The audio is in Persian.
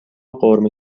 قرمه